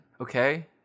okay